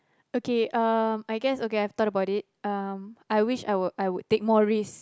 okay um I guess okay I've thought about it um I wish I would I would take more risk